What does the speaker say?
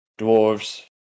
dwarves